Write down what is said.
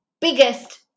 biggest